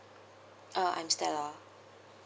uh I'm stella